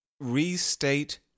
restate